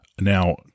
now